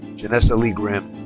janessa lee grim.